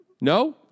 No